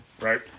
Right